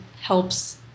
helps